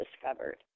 discovered